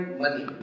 money